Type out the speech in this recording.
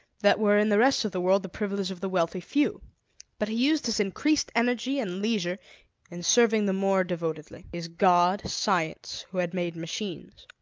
that were in the rest of the world the privilege of the wealthy few but he used his increased energy and leisure in serving the more devotedly, his god, science, who had made machines.